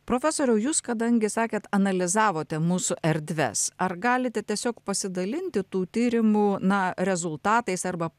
profesoriau jūs kadangi sakėt analizavote mūsų erdves ar galite tiesiog pasidalinti tų tyrimų na rezultatais arba